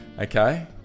Okay